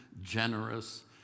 generous